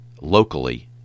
locally